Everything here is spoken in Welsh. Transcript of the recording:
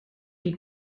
chi